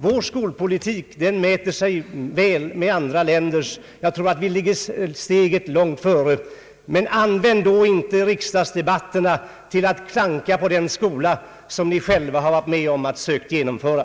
Vår skolpolitik mäter sig väl med andra länders. Vi ligger steget före andra länder. Använd då inte riksdagsdebatterna till att klanka på den skola som ni själva har varit med om att genomföra.